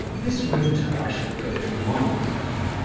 this winter i shall go to mentone.